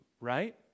right